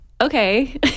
Okay